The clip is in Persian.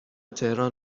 تهران